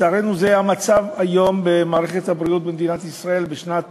לצערנו זה המצב היום במערכת הבריאות במדינת ישראל בשנת